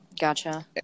Gotcha